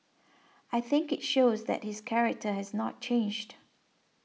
I think it shows that his character has not changed